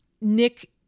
Nick